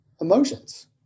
emotions